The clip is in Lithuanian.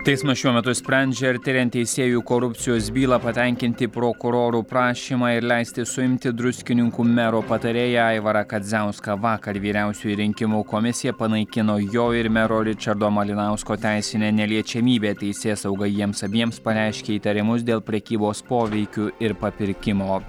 teismas šiuo metu sprendžia ar tiriant teisėjų korupcijos bylą patenkinti prokurorų prašymą ir leisti suimti druskininkų mero patarėją aivarą kadziauską vakar vyriausioji rinkimų komisija panaikino jo ir mero ričardo malinausko teisinę neliečiamybę teisėsauga jiems abiems pareiškė įtarimus dėl prekybos poveikiu ir papirkimo